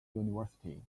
university